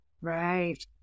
Right